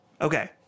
Okay